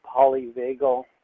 polyvagal